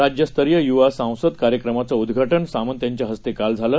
राज्यस्तरीय युवा संसद कार्यक्रमाचं उद्घाटन सामंत यांच्या हस्ते काल झालं